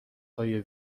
های